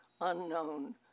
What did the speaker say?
unknown